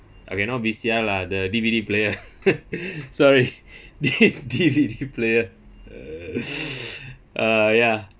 okay not V_C_R lah the D_V_D player sorry the D_V_D player uh ya